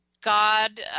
God